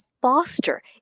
foster